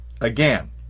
Again